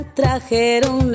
trajeron